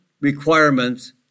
requirements